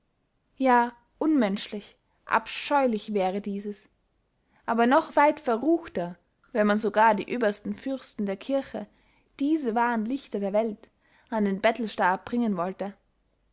ja unmenschlich abscheulich wäre dieses aber noch weit verruchter wenn man sogar die öbersten fürsten der kirche diese wahren lichter der welt an den bettelstab bringen wollte